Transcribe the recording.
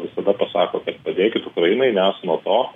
visada pasako kad padėkit ukrainai nes nuo to